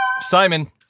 Simon